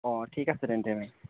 অঁ ঠিক আছে তেন্তে মেম